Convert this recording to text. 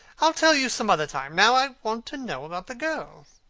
i will tell you some other time. now i want to know about the girl.